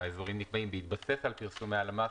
שהאזורים נקבעים בהתבסס על אזורי הלמ"ס,